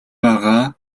байгаа